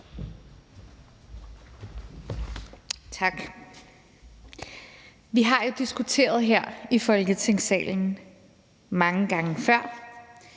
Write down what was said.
Tak. Vi har jo diskuteret det her i Folketingssalen mange gange før,